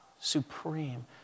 supreme